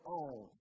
own